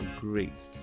great